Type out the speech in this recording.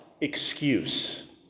excuse